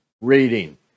reading